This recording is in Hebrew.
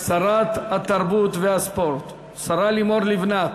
שרת התרבות והספורט, השרה לימור לבנת,